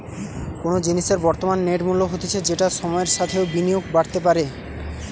কোনো জিনিসের বর্তমান নেট মূল্য হতিছে যেটা সময়ের সাথেও বিনিয়োগে বাড়তে পারে